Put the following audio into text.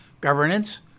governance